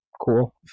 cool